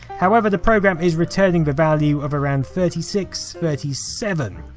however the program is returning the value of around thirty six, thirty seven.